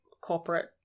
corporate